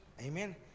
Amen